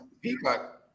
Peacock